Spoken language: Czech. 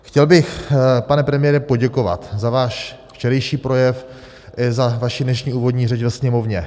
Chtěl bych, pane premiére, poděkovat za váš včerejší projev i za vaši dnešní úvodní řeč ve Sněmovně.